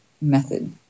method